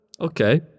Okay